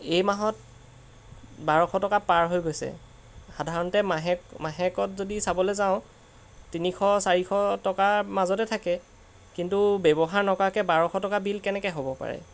এই মাহত বাৰশ টকা পাৰ হৈ গৈছে সাধাৰণতে মাহেক মাহেকত যদি চাবলৈ যাওঁ তিনিশ চাৰিশ টকাৰ মাজতে থাকে কিন্তু ব্যৱহাৰ নকৰাকৈ বাৰশ টকা বিল কেনেকৈ হ'ব পাৰে